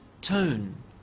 tone